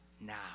now